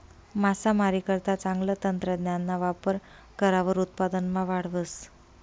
मासामारीकरता चांगलं तंत्रज्ञानना वापर करावर उत्पादनमा वाढ व्हस